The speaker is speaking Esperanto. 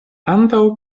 antaŭ